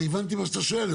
אני הבנתי את מה שאתה שואל.